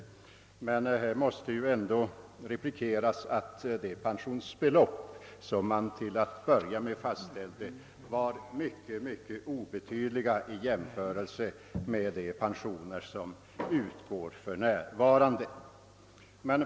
Här måste ändå replikeras att det pensionsbelopp man till att börja med fastställde var mycket obetydligt i jämförelse med de pensioner som utgår för närvarande.